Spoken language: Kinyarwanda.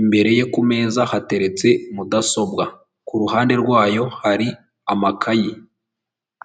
imbere ye ku meza hateretse mudasobwa k’uruhande rwayo har’amakayi.